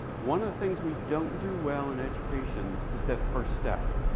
one of the things we don't do well in education is that first step.